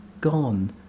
gone